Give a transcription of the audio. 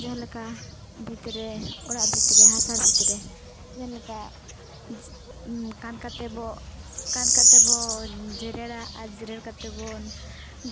ᱡᱟᱦᱟᱸᱞᱮᱠᱟ ᱵᱷᱤᱛᱨᱮ ᱚᱲᱟᱜ ᱵᱷᱤᱛᱨᱮ ᱦᱟᱥᱟ ᱵᱷᱤᱛᱨᱮ ᱡᱟᱦᱟᱸᱞᱮᱠᱟ ᱠᱟᱸᱛ ᱠᱟᱛᱮᱫᱵᱚᱱ ᱠᱟᱸᱛ ᱠᱟᱛᱮᱫᱵᱚᱱ ᱡᱮᱨᱮᱲᱟ ᱟᱨ ᱡᱮᱨᱮᱲ ᱠᱟᱛᱮᱵᱚᱱ